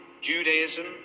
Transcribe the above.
Judaism